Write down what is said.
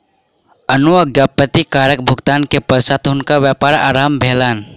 अनुज्ञप्ति करक भुगतान के पश्चात हुनकर व्यापार आरम्भ भेलैन